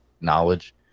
knowledge